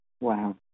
Wow